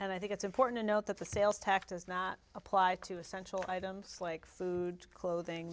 and i think it's important to note that the sales taxes not applied to essential items like food clothing